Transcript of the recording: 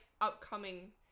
upcoming